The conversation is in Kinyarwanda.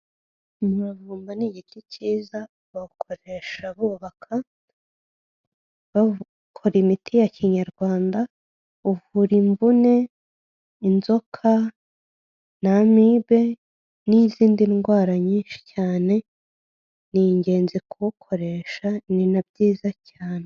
Umuravumba ni igiti kiza, bawukoresha bubaka, bakora imiti ya Kinyarwanda, uvura imvune, inzoka, n'Amibe, n'izindi ndwara nyinshi cyane, ni ingenzi kuwukoresha, ni na byiza cyane.